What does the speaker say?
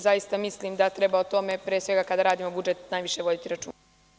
Zaista mislim da treba o tome, pre svega kada radimo budžet, najviše voditi računa.